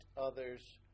others